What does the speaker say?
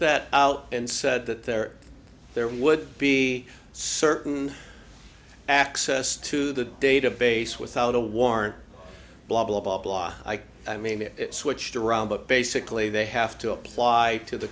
that out and said that there there would be certain access to the database without a warrant blah blah blah blah i mean it switched around but basically they have to apply to the